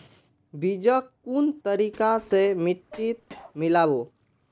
बीजक कुन तरिका स मिट्टीत मिला बो